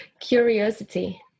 curiosity